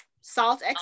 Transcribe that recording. salt